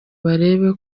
barebe